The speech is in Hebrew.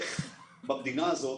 איך במדינה הזאת